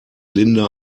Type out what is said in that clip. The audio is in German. linda